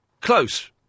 Close